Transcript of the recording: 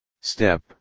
Step